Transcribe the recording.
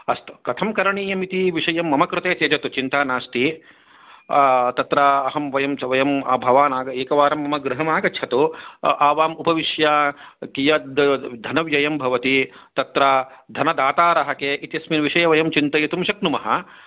अस्तु कथं करणीम् इति विषयं मम कृते त्यजतु चिन्ता नास्ति तत्र अहम् वयं च वयं भवान् एकवारं मम गृहम् आगच्छतु आवाम् उपविश्य कियद् धनव्ययं भवति तत्र धनदातारः के इत्यस्मिन् विषये वयं चिन्तयितुं शक्नुमः